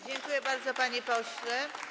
Dziękuję bardzo, panie pośle.